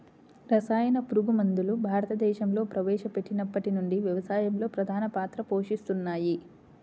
రసాయన పురుగుమందులు భారతదేశంలో ప్రవేశపెట్టినప్పటి నుండి వ్యవసాయంలో ప్రధాన పాత్ర పోషిస్తున్నాయి